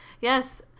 Yes